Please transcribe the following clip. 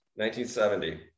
1970